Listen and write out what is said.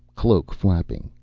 cloak flapping.